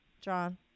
John